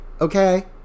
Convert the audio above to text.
Okay